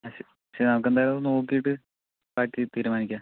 ആ ശരി ശരി നമുക്കെന്തായാലും നോക്കിയിട്ട് ബാക്കി തീരുമാനിക്കാം